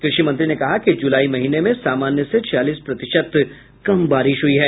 कृषि मंत्री ने कहा कि जुलाई महीने में सामान्य से छियालीस प्रतिशत कम बारिश हुई है